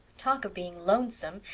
talk of being lonesome!